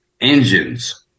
engines